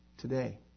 today